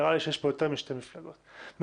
נראה לי שיש פה יותר משתי מפלגות מסוימות,